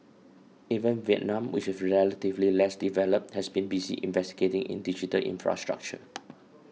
even Vietnam which is relatively less developed has been busy investing in digital infrastructure